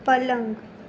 પલંગ